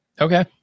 Okay